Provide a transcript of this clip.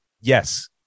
yes